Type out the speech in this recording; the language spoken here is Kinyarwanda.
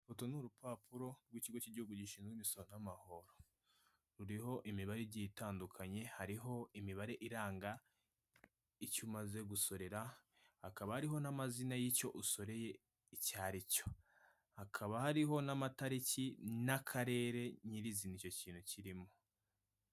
Uru ni urupapuro rw' ikigo k' igihugu gishinzwe imisoro n' amahoro ruriho imibare igiye itandukanye, hariho imibare iranga icyo umaze gusorera. Hakaba hariho n' amazina y' icyo usoreye icyo aricyo. Hakaba hariho n' amatariki n' akarere nyirizina icyo kintu kirimo.